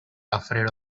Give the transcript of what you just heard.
afraid